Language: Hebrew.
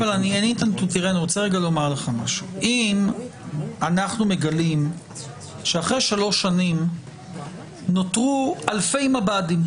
אם אנחנו מגלים שאחרי שלוש שנים נותרו אלפי מב"דים,